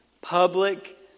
Public